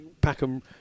Packham